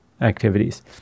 activities